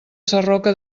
sarroca